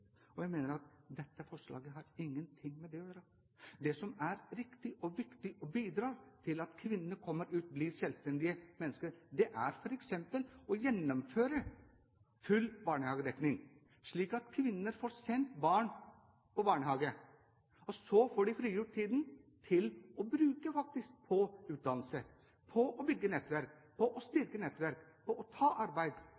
og livspartner. Jeg mener at dette forslaget har ingenting med det å gjøre. Det som er riktig og viktig for å bidra til at kvinnene kommer seg ut og blir selvstendige mennesker, er f.eks. å gjennomføre full barnehagedekning, slik at kvinnene får sendt barna til barnehagen og slik får frigjort tid til å ta utdannelse, til å bygge og styrke nettverk,